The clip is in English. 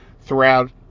throughout